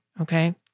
Okay